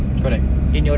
correct